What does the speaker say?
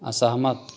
असहमत